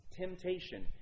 temptation